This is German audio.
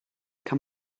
kann